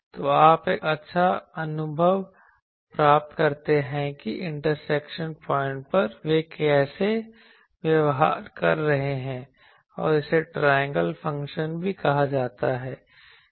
तो आप एक अच्छा अनुभव प्राप्त करते हैं कि इंटरसेक्शन पॉइंट पर वे कैसे व्यवहार कर रहे हैं और इसे ट्रायंगल फ़ंक्शन भी कहा जाता है